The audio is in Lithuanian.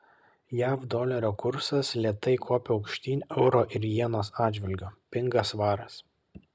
jav dolerio kursas lėtai kopia aukštyn euro ir jenos atžvilgiu pinga svaras